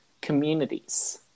communities